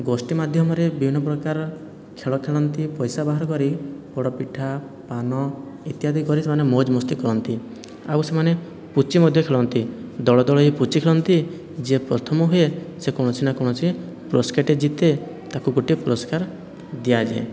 ଗୋଷ୍ଠୀ ମାଧ୍ୟମରେ ବିଭିନ୍ନ ପ୍ରକାର ଖେଳ ଖେଳନ୍ତି ପଇସା ବାହାର କରି ପୋଡ଼ପିଠା ପାନ ଇତ୍ୟାଦି କରି ସେମାନେ ମଉଜ ମସ୍ତି କରନ୍ତି ଆଉ ସେମାନେ ପୁଚି ମଧ୍ୟ ଖେଳନ୍ତି ଦଳ ଦଳ ହେଇ ପୁଚି ଖେଳନ୍ତି ଯିଏ ପ୍ରଥମ ହୁଏ ସେ କୌଣସି ନା କୌଣସି ପୁରସ୍କାରଟିଏ ଜିତେ ତାକୁ ଗୋଟିଏ ପୁରସ୍କାର ଦିଆ ଯାଏ